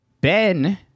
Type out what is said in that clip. Ben